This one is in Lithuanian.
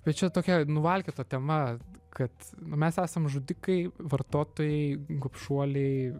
bet čia tokia nuvalkiota tema kad mes esam žudikai vartotojai gobšuoliai